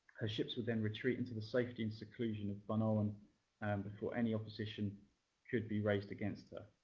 her ships would then retreat into the safety and seclusion of bunowen before any opposition could be raised against her.